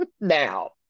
now